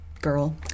girl